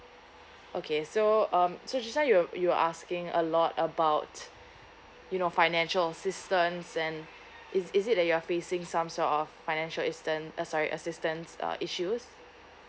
okay so um so just now you're you're asking a lot about you know financial assistance and is is it that you are facing some sort of financial sistance uh sorry assistance uh issues